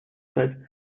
стать